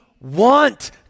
want